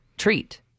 treat